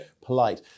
Polite